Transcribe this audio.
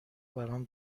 برام